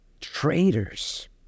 traitors